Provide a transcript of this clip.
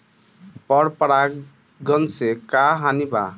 पर परागण से का हानि बा?